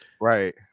right